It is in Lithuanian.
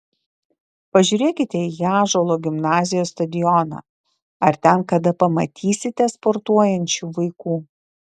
pažiūrėkite į ąžuolo gimnazijos stadioną ar ten kada pamatysite sportuojančių vaikų